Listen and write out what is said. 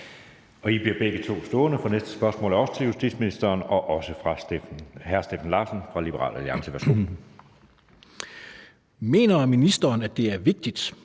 I bliver begge to stående, for det næste spørgsmål er også til justitsministeren og også fra hr. Steffen Larsen fra Liberal Alliance. Kl. 13:37 Spm. nr. S 118 6) Til